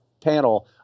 panel